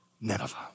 Nineveh